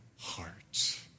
heart